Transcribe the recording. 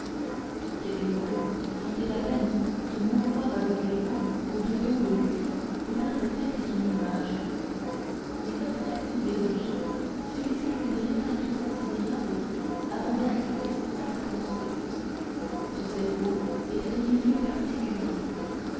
quasimodo sentait à peine se mouvoir aveuglément au dedans de lui une âme faite à son image les impressions des objets subissaient une réfraction considérable avant d'arriver à sa pensée son cerveau était un milieu particulier